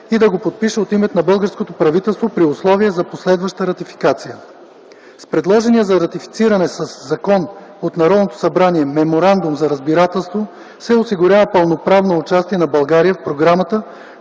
и да го подпише от името на българското правителство при условие за последваща ратификация. С предложения за ратифициране със закон от Народното събрание меморандум за разбирателство се осигурява пълноправното участие на България в програмата